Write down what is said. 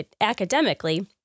academically